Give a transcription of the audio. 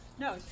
No